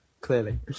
Clearly